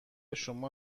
شما